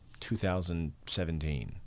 2017